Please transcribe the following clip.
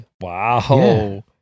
Wow